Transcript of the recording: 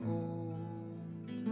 old